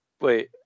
Wait